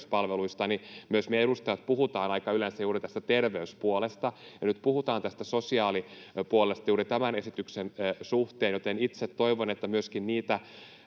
myös me edustajat puhutaan yleensä juuri tästä terveyspuolesta, ja nyt puhutaan tästä sosiaalipuolesta juuri tämän esityksen suhteen, joten itse toivon, että me saadaan